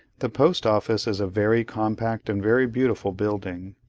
the post office is a very compact and very beautiful building.